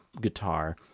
guitar